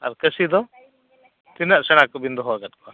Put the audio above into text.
ᱟᱨ ᱠᱟᱹᱥᱤ ᱫᱚ ᱛᱤᱱᱟᱹᱜ ᱥᱮᱬᱟ ᱠᱚᱵᱤᱱ ᱫᱚᱦᱚ ᱟᱠᱟᱫ ᱠᱚᱣᱟ